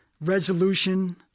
resolution